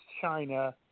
China